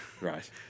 right